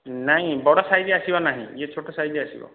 ନାଇଁ ବଡ଼ ସାଇଜ୍ ଆସିବ ନାହିଁ ଇଏ ଛୋଟ ସାଇଜ୍ ଆସିବ